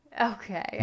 Okay